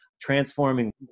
transforming